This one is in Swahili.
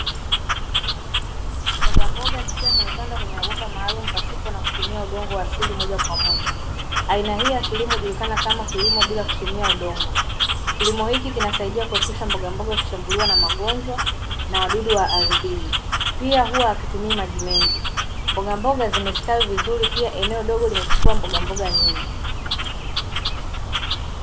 Mboga mboga zikiwa zimepandwa kwenye mabomba maalum pasipo na kutumia udongo wa asili moja kwa moja , aina hii ya kilimo hujulikana kama kilimo bila kutumia udongo, kilimo hiki kinasaidia kuepusha mboga mboga kushambuliwa na magonjwa na wadudu wa ardhini pia huwa hakitumii maji mengi, mboga mboga zimestawi vizuri pia eneo dogo limechukua mboga mboga nyingi .